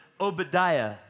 Obadiah